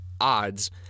odds